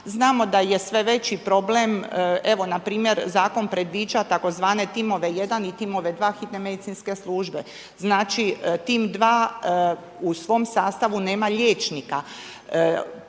znamo da je sve veći problem evo npr. zakon predviđa tzv. timove 1 i timove 2 hitne medicinske službe. Znači tim 2 u svom sastavu nema liječnika.